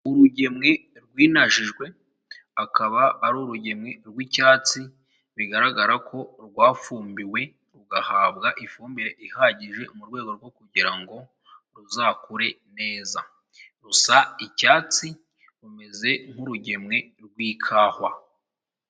Urugemwe rw'inajijwe, akaba ari urugemwe rw'icyatsi bigaragara ko rwafumbiwe, rugahabwa ifumbire ihagije mu rwego rwo kugira ngo ruzakure neza, rusa icyatsi rumeze nk'urugemwe rw'ikawa.